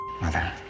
Mother